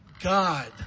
God